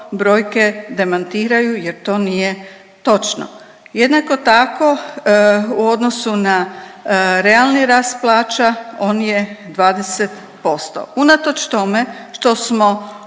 brojke demantiraju jer to nije točno. Jednako tako u odnosu na realni rast plaća on je 20% unatoč tome što smo prošli